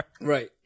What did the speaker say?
Right